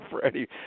Freddie